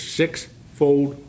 sixfold